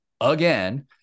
again